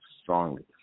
strongly